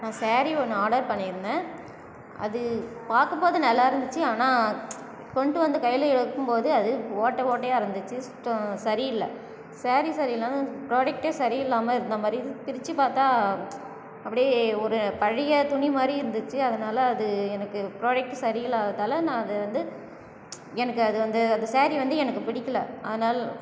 நான் ஸேரி ஒன்று ஆர்டர் பண்ணியிருந்தேன் அது பார்க்கும்போது நல்லா இருந்துச்சு ஆனால் கொண்டு வந்து கையில் எடுக்கும்போது அது ஓட்ட ஓட்டையாக இருந்துச்சு சுத்தம் சரியில்லை ஸேரி சரியில்லைன்னாலும் ப்ராடக்ட்டே சரியில்லாமல் இருந்த மாதிரி பிரித்து பார்த்தா அப்படியே ஒரு பழைய துணி மாதிரி இருந்துச்சு அதனால் அது எனக்கு ப்ராடக்ட்டும் சரி இல்லாததால் நான் அது வந்து எனக்கு அது அந்த ஸேரி வந்து எனக்கு பிடிக்கலை அதனால்